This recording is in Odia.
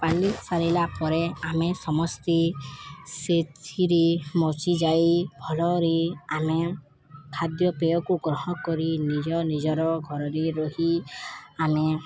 ପାଲି ସାରିଲା ପରେ ଆମେ ସମସ୍ତେ ସେଥିରେ ମଜିଯାଇ ଭଲରେ ଆମେ ଖାଦ୍ୟପେୟକୁ ଗ୍ରହଣ କରି ନିଜ ନିଜର ଘରରେ ରହି ଆମେ